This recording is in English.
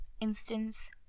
instance